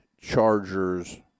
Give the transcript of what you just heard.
Chargers